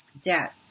debt